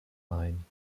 main